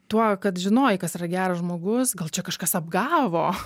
tuo kad žinojai kas yra geras žmogus gal čia kažkas apgavo